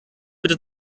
bitte